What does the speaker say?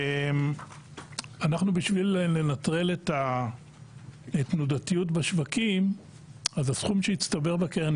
בשביל לנטרל את התנודתיות בשווקים הסכום שהצטבר בקרן,